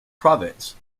province